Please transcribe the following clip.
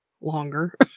longer